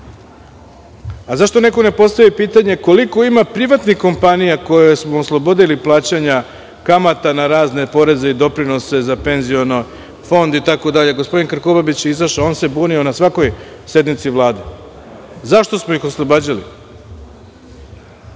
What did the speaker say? Zašto neko ne postavi pitanje koliko ima privatnih kompanija koje smo oslobodili plaćanja kamata na razne poreze i doprinose za penzioni fond itd? Gospodin Krkobabić je izašao i on se bunio na svakoj sednici Vlade. Zašto smo ih oslobađali? Više